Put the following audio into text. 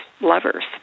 lovers